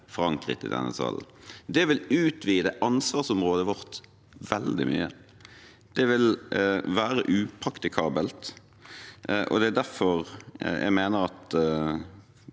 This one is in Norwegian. forankret i denne salen. Det ville utvide ansvarsområdet vårt veldig mye. Det ville være upraktikabelt, og det er derfor jeg mener at